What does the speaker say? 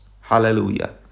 Hallelujah